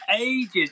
ages